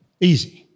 easy